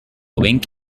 wink